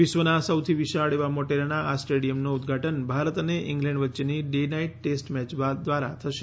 વિશ્વના સૌથી વિશાળ એવા મોટેરાના આ સ્ટેડિયમનું ઉદઘાટન ભારત અને ઈંગ્લેન્ડ વચ્ચેની ડે નાઈટ ટેસ્ટ મેચ દ્વારા થશે